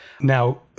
Now